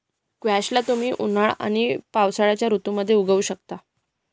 squash ला तुम्ही उन्हाळा आणि हिवाळ्याच्या ऋतूमध्ये उगवु शकता